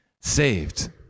saved